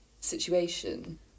situation